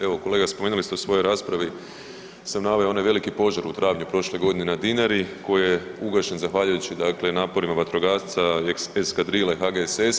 Evo kolega spomenuli ste u svojoj raspravi sam naveo onaj veliki požar u travnju prošle godine na Dinari koji je ugašen zahvaljujući dakle naporima vatrogasca, eskadrile HGSS-a.